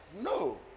No